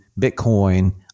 Bitcoin